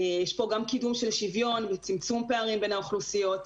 יש פה גם קידום של שוויון וצמצום פערים בין האוכלוסיות.